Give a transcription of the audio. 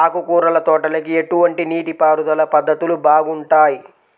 ఆకుకూరల తోటలకి ఎటువంటి నీటిపారుదల పద్ధతులు బాగుంటాయ్?